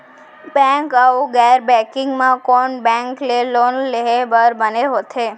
Bank अऊ गैर banking म कोन बैंक ले लोन लेहे बर बने होथे?